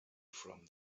from